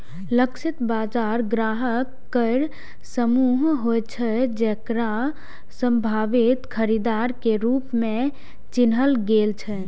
लक्षित बाजार ग्राहक केर समूह होइ छै, जेकरा संभावित खरीदार के रूप मे चिन्हल गेल छै